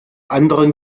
anderen